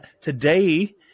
today